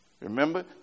Remember